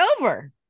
over